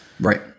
Right